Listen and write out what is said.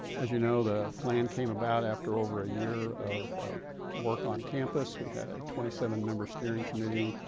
as you know, the plan came about after over a year of work on campus, we had a twenty seven member steering committee,